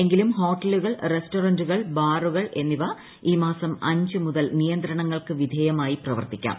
എങ്കിലും ഹോട്ടലുകൾ റസ്റ്റോറന്റുകൾ ബാറുകൾ എന്നിവ ഈ മാസം അഞ്ച് മുതൽ നിയന്ത്രണങ്ങൾക്ക് വിധേയമായി പ്രവർത്തിക്കാം